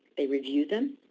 they review them,